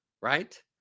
right